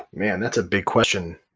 man, that's a big question.